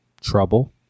Trouble